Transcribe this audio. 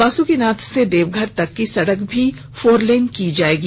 बासकीनाथ से देवघर तक की सड़क भी फोरलेन की जायेगी